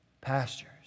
pastures